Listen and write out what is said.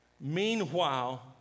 meanwhile